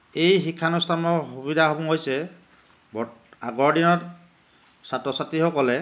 এই শিক্ষানুষ্ঠানৰ সুবিধাসমূহ হৈছে বত আগৰ দিনত ছাত্ৰ ছাত্ৰীসকলে